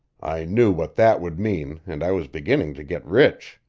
i knew what that would mean, and i was beginning to get rich.